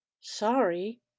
Sorry